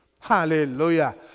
Hallelujah